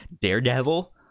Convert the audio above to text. daredevil